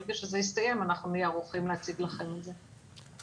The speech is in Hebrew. וברגע שזה יסתיים אנחנו נהיה ערוכים להציג לכם את זה.